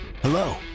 Hello